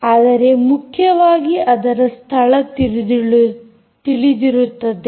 ಆದರೆ ಮುಖ್ಯವಾಗಿ ಅದರ ಸ್ಥಳ ತಿಳಿದಿರುತ್ತದೆ